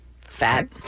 Fat